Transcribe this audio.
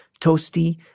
toasty